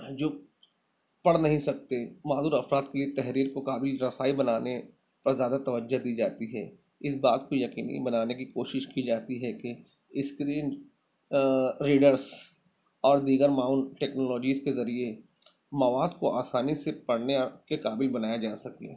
جو پڑھ نہیں سکتے معذور افراد کی تحریر کو قابل رسائی بنانے پر زیادہ توجہ دی جاتی ہے اس بات کو یقینی بنانے کی کوشش کی جاتی ہے کہ اسکرین ریڈرس اور دیگر معاون ٹیکنالوجیز کے ذریعے مواد کو آسانی سے پڑھنے کے قابل بنایا جا سکے